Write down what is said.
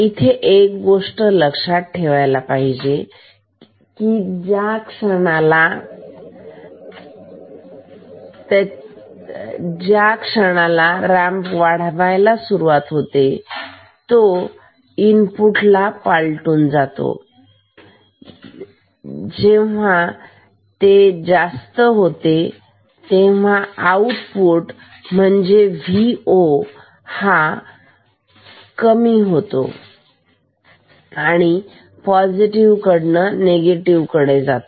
इथे एक गोष्ट लक्षात ठेवायला पाहिजे ज्या क्षणाला रॅम्प वाढायला सुरुवात होते तो इनपुटला पालटुन जातो जेव्हा जास्त होतो तेव्हा आउटपुट म्हणजे Vo हा आउटपुट वोल्टेज कमी होतो आणि पॉझिटिव्ह कडून निगेटिव्ह कडे जातो